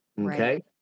Okay